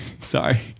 Sorry